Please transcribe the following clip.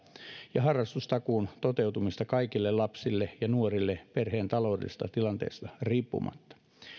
ja harrastustakuun toteutumista kaikille lapsille ja nuorille perheen taloudellisesta tilanteesta riippumatta